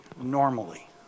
normally